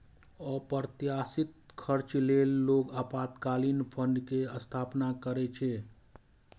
अप्रत्याशित खर्च लेल लोग आपातकालीन फंड के स्थापना करै छै